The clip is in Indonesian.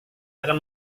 akan